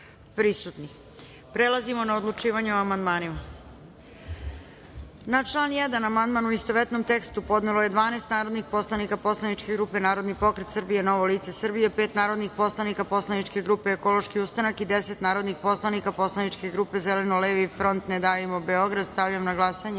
prisutnog. Prelazimo na odlučivanje o amandmanima. Na član 1. amandman, u istovetnom tekstu, podnelo je 12 narodnih poslanika poslaničke grupe Narodni pokret Srbije – Novo lice Srbije, pet narodnih poslanika poslaničke grupe Ekološki ustanak i 10 narodnih poslanika poslaničke grupe Zeleno-levi front - Ne davimo Beograd. Stavljam na glasanje